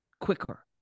quicker